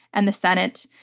and the senate,